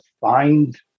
find